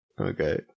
Okay